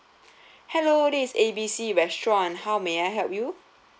hello this is A B C restaurant how may I help you